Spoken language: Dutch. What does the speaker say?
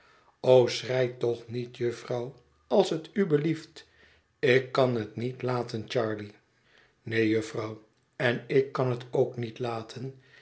schrei toch niet jufvrouw als het u belieft ik kan het niet laten charley neen jufvrouw en ik kan het ook niet laten